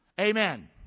amen